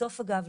בסוף אגב,